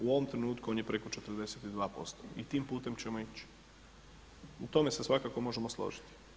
U ovom trenutku on je preko 42% i tim putem ćemo ići u tome se svakako možemo složiti.